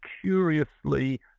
curiously